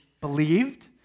believed